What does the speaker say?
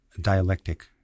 Dialectic